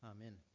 Amen